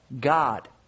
God